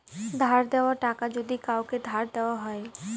ধার দেওয়া টাকা যদি কাওকে ধার দেওয়া হয়